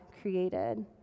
created